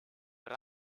but